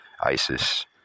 ISIS